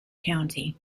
county